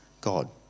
God